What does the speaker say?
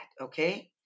okay